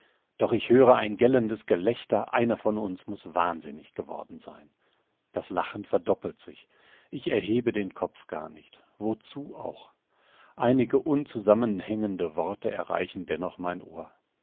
doch ich höre ein gellendes gelächter einer von uns muß wahnsinnig geworden sein das lachen verdoppelt sich ich erhebe den kopf gar nicht wozu auch einige unzusammenhängende worte erreichen dennoch mein ohr